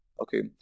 Okay